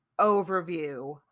overview